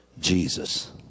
Jesus